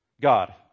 God